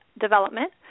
development